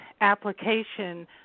application